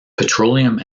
petroleum